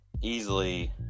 easily